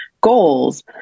goals